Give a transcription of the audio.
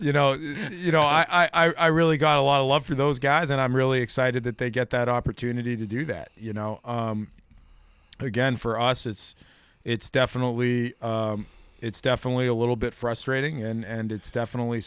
you know you know i really got a lot of love for those guys and i'm really excited that they get that opportunity to do that you know again for us it's it's definitely it's definitely a little bit frustrating and it's definitely